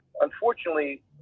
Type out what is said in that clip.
Unfortunately